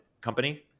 company